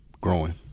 growing